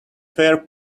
fair